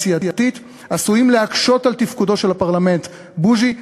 סיעתית עשויים להקשות על תפקודו של הפרלמנט" בוז'י,